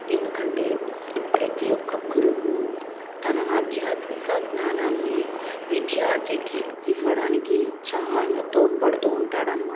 ఎందుకంటే ప్రతి ఒక్క గురువు తన ఆధ్యాత్మిక జ్ఞానాన్ని విద్యార్థికి ఇవ్వడానికి చాలా తోడ్పడుతూ ఉంటాడు అన్నమాట